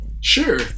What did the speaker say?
sure